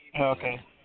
Okay